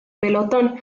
pelotón